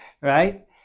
Right